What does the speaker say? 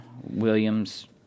Williams